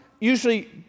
Usually